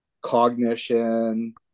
cognition